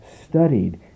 studied